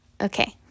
Okay